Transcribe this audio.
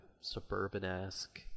suburban-esque